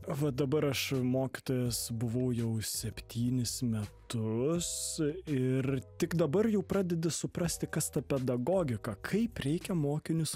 va dabar aš mokytojas buvau jau septynis metus ir tik dabar jau pradedi suprasti kas ta pedagogika kaip reikia mokinius